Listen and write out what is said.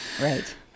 right